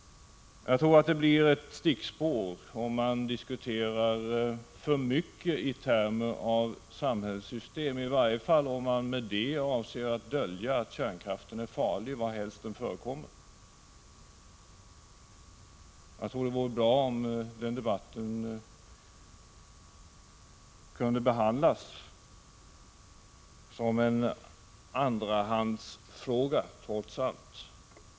Jag tror det blir ett stickspår om man diskuterar för mycket i termer om samhällssystem, i varje fall om man med det avser att dölja att kärnkraften är farlig varhelst den förekommer. Det vore bra om den debatten kunde behandlas som en andrahandsfråga trots allt.